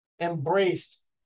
embraced